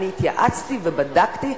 אני התייעצתי ובדקתי,